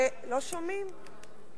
לא שומעים?